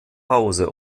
hause